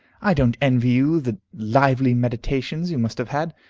i don't envy you the lively meditations you must have had.